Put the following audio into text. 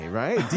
right